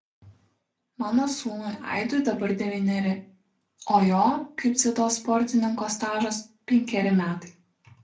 mano sūnui aidui dabar devyneri o jo kaip dziudo sportininko stažas penkeri metai